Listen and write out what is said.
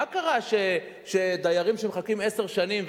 מה קרה שדיירים שמחכים עשר שנים,